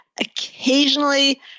Occasionally